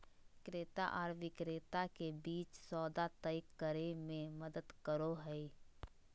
क्रेता आर विक्रेता के बीच सौदा तय करे में मदद करो हइ